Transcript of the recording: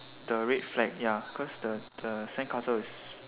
the red flag ya cause the the sandcastle is